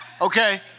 Okay